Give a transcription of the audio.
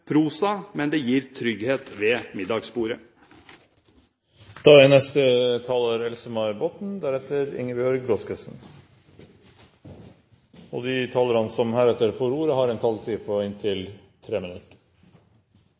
prosa, men det gir trygghet ved middagsbordet. De talere som heretter får ordet, har en taletid på inntil